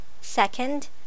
Second